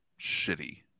shitty